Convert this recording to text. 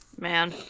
Man